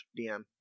dm